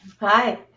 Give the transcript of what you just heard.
Hi